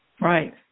right